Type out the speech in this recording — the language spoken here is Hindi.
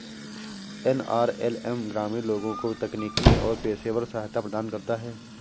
एन.आर.एल.एम ग्रामीण लोगों को तकनीकी और पेशेवर सहायता प्रदान करता है